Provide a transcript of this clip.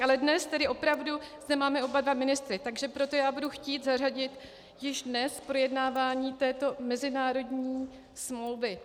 Ale dnes tedy opravdu zde máme oba dva ministry, takže proto já budu chtít zařadit již dnes projednávání této mezinárodní smlouvy.